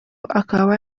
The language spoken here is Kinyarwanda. akaba